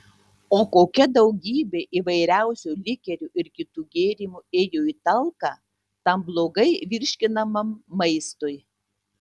o kokia daugybė įvairiausių likerių ir kitų gėrimų ėjo į talką tam blogai virškinamam maistui